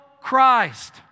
Christ